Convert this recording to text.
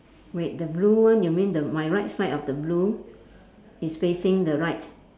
wait the blue one you mean the my right side of the blue is facing the right